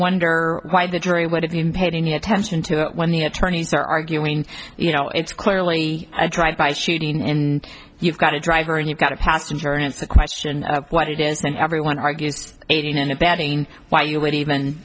wonder why the jury would have been paid any attention to it when the attorneys are arguing you know it's clearly i tried by shooting and you've got a driver and you've got a passenger and it's a question of what it is that everyone argues aiding and abetting why you would even